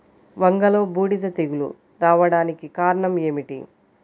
వంగలో బూడిద తెగులు రావడానికి కారణం ఏమిటి?